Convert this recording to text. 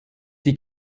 die